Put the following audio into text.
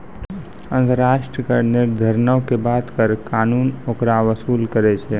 अन्तर्राष्ट्रिय कर निर्धारणो के बाद कर कानून ओकरा वसूल करै छै